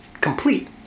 complete